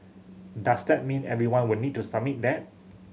does that mean everyone would need to submit that